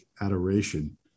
adoration